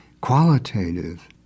qualitative